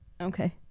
Okay